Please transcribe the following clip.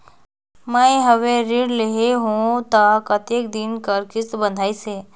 मैं हवे ऋण लेहे हों त कतेक दिन कर किस्त बंधाइस हे?